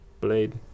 blade